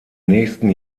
nächsten